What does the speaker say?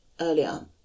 earlier